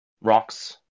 rocks